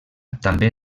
també